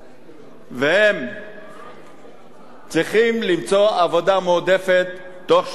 והם צריכים למצוא עבודה מועדפת בתוך שנתיים.